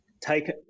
take